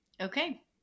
Okay